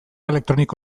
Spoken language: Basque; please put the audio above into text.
elektroniko